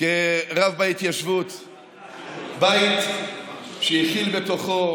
בית שהכיל בתוכו